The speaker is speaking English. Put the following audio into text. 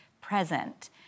present